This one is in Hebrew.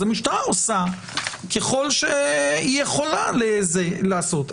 אז המשטרה עושה ככל שהיא יכולה לעשות.